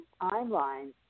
timelines